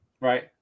Right